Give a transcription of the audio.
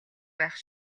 байх